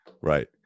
right